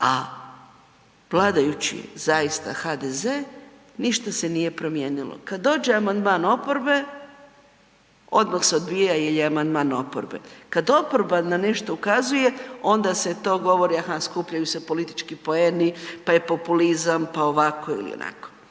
A vladajući zaista HDZ ništa se nije promijenilo. Kad dođe amandman oporbe odmah se odbija jer je amandman oporbe, kad oporba na nešto ukazuje onda se to govori, aha skupljaju se politički poeni, pa je populizam, pa ovako ili onako.